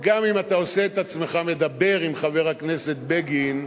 גם אם אתה עושה את עצמך מדבר עם חבר הכנסת בגין,